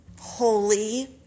Holy